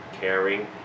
caring